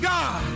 God